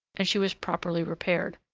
and she was properly repaired.